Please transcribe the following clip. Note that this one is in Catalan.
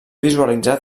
visualitzar